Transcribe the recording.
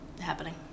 happening